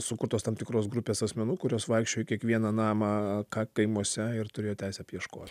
sukurtos tam tikros grupės asmenų kurios vaikščiojo į kiekvieną namą ką kaimuose ir turėjo teisę apieško